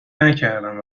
نکردم